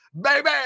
baby